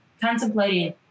contemplating